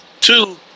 Two